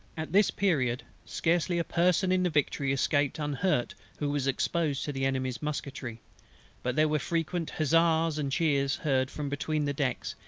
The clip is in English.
at this period, scarcely a person in the victory escaped unhurt who was exposed to the enemy's musketry but there were frequent huzzas and cheers heard from between the decks,